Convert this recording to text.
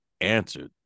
answered